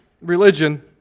religion